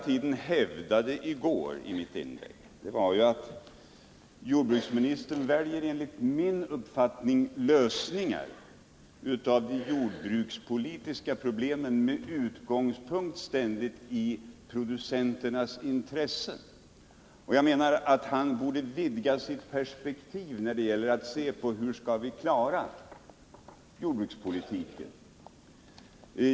Vad jag i går i mitt inlägg hävdade var att jordbruksministern enligt min uppfattning väljer lösningar på de jordbrukspolitiska problemen med utgångspunkt i producenternas intressen. Jag menar att han borde vidga sitt perspektiv när det gäller att se på frågan hur vi skall klara jordbrukspolitiken.